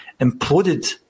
imploded